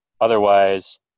Otherwise